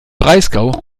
breisgau